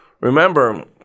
Remember